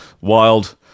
wild